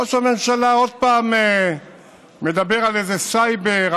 ראש הממשלה עוד פעם מדבר על איזה סייבר,